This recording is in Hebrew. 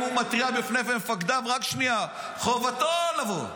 אם הוא מתריע בפני מפקדיו, חובתו לבוא.